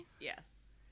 yes